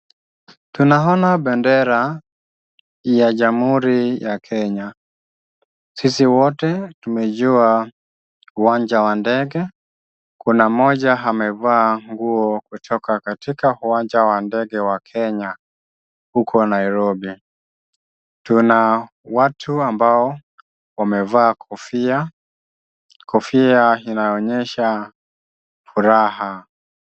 Tunaona bendera ya jamhuri ya Kenya. Sisi wote tumejua uwanja wa ndege, kuna mmoja amevaa nguo kutoka katika uwanja wa ndege wa Kenya, huko Nairobi. Tuna watu ambao wamevaa kofia, kofia inaonyesha furaha.